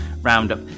Roundup